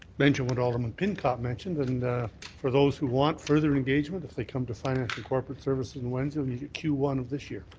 mention what alderman pincott mentioned, and for those who want further engagement, if they come to finance and corporate services and wednesday, it will be q one of this year.